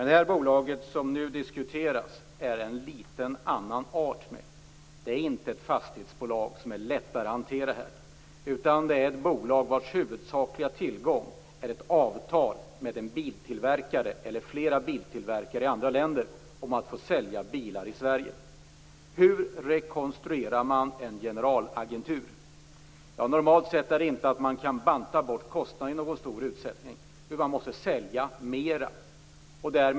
Det bolag som nu diskuteras är av annan art. Det är inte ett fastighetsbolag. Det hade varit lättare att hantera. Det är ett bolag vars huvudsakliga tillgång är ett avtal med en eller flera biltillverkare i andra länder om att få sälja bilar i Sverige. Hur rekonstruerar man en generalagentur? Normalt sett gäller det inte att banta bort kostnaderna i stor utsträckning utan att sälja mer.